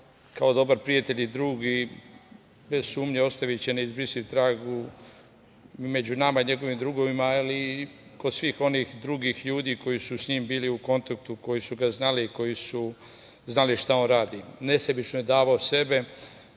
kao dobar prijatelj i drug i bez sumnje ostaviće neizbrisiv trag među nama, njegovim drugovima, ali i kod svih onih drugih ljudi koji su sa njim bili u kontaktu, koji su ga znali, koji su znali šta on radi. Nesebično je davao sebe,